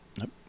Nope